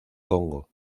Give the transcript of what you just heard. congo